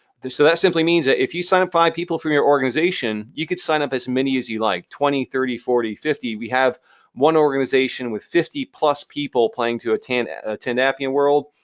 so that simply means that if you sign up five people for your organization, you can sign up as many as you like, twenty, thirty, forty, fifty. we have one organization with fifty plus people planning to attend ah attend appian world.